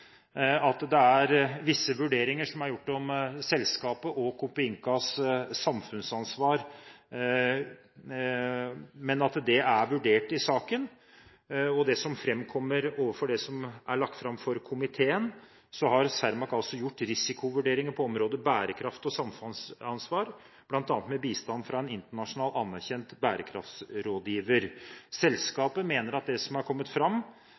til saken, at visse vurderinger har blitt gjort om selskapet og Copeincas samfunnsansvar – det er vurdert i saken. Ifølge det som er lagt fram for komiteen, har Cermaq gjort risikovurderinger på området bærekraft og samfunnsansvar, bl.a. med bistand fra en internasjonalt anerkjent bærekraftsrådgiver. Selskapet mener at det som har kommet fram